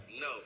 No